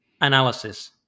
analysis